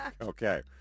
Okay